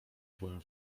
byłem